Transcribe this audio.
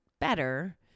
better